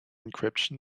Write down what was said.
encryption